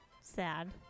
Sad